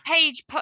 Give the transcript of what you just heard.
page